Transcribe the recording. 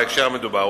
בהקשר המדובר.